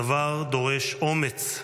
הדבר דורש אומץ,